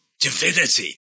Divinity